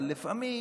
אבל לפעמים